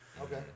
okay